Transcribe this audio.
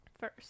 first